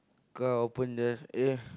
car open just eh